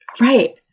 Right